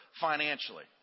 financially